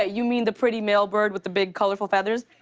ah you mean the pretty male bird with the big, colorful feathers.